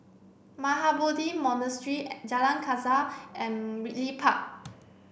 Mahabodhi Monastery Jalan Kasau and Ridley Park